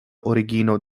origino